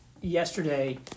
yesterday